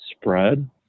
spread